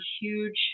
huge